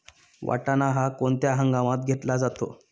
वाटाणा हा कोणत्या हंगामात घेतला जातो?